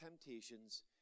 temptations